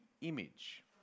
image